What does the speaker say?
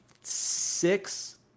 six